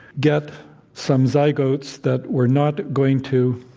get some zygotes that were not going to